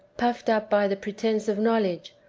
puffed up by the pretence of knowledge,